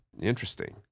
Interesting